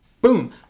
Boom